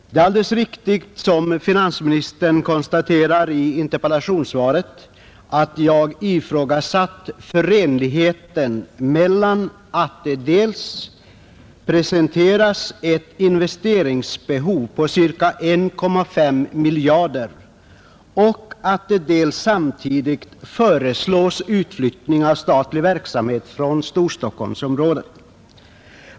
Det är alldeles riktigt som finansministern konstaterar i interpellationssvaret att jag har ifrågasatt förenligheten av att det dels presenteras ett investeringsbehov på ca 1,5 miljarder, dels samtidigt föreslås utflyttning av statlig verksamhet från Storstockholmsområdet.